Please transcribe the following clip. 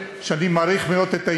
חברי חברי הכנסת,